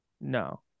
No